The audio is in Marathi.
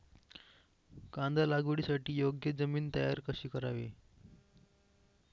कांदा लागवडीसाठी योग्य जमीन तयार कशी करावी?